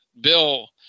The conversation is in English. bill